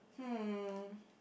hmm